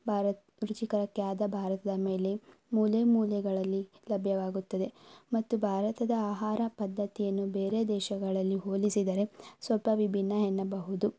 ಭಾರತ ರುಚಿಕರಕ್ಕೆ ಆದ ಭಾರತದ ಮೇಲೆ ಮೂಲೆ ಮೂಲೆಗಳಲ್ಲಿ ಲಭ್ಯವಾಗುತ್ತದೆ ಮತ್ತು ಭಾರತದ ಆಹಾರ ಪದ್ಧತಿಯನ್ನು ಬೇರೆ ದೇಶಗಳಲ್ಲಿ ಹೋಲಿಸಿದರೆ ಸ್ವಲ್ಪ ವಿಭಿನ್ನ ಎನ್ನಬಹುದು